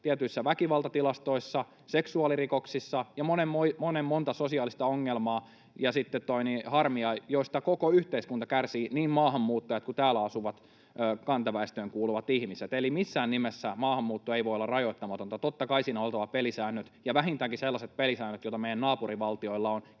tietyissä väkivaltatilastoissa ja seksuaalirikoksissa ja monen monta sosiaalista ongelmaa ja harmia, joista koko yhteiskunta kärsii, niin maahanmuuttajat kuin täällä asuvat kantaväestöön kuuluvat ihmiset. Eli missään nimessä maahanmuutto ei voi olla rajoittamatonta. Totta kai siinä on oltava pelisäännöt, ja vähintäänkin sellaiset pelisäännöt, joita meidän naapurivaltioilla on.